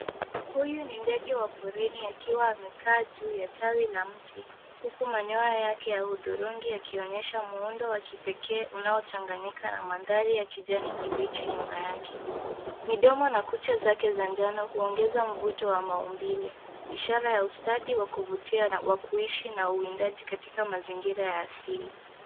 Huyu ni ndege wa porini akiwa amekaa juu ya tawi la mti, huku manyoya yake ya hudhurungi yakionyesha muundo wa kipekee unaochanganyika na mandari ya kijani kibichi nyuma yake. Midomo na kucha zake za njano huongeza mvuto wa maumbile, ishara ya ustadi wa kuvutia na wa kuishi na uwindaji katika mazingira ya asili.